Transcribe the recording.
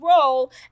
role